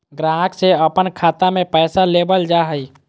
ग्राहक से अपन खाता में पैसा लेबल जा हइ